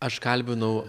aš kalbinau